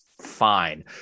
fine